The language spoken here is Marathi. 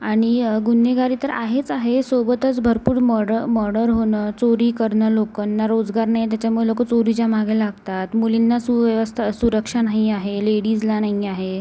आणि गुन्हेगारी तर आहेच आहे सोबतच भरपूर मडर मडर होणं चोरी करणं लोकांना रोजगार नाही त्याच्यामुळे लोकं चोरीच्या मागे लागतात मुलींना सुव्यवस्था सुरक्षा नाही आहे लेडीजला नाही आहे